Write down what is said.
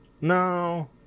no